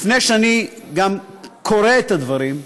לפני שאני קורא את הדברים,